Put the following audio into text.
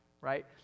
right